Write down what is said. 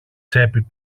τσέπη